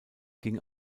ging